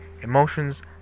emotions